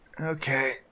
Okay